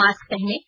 mask पहनें